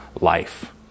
life